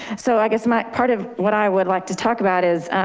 so i guess my part of what i would like to talk about is,